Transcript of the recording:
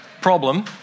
problem